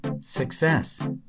success